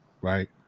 right